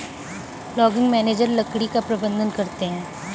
logging manager लकड़ी का प्रबंधन करते है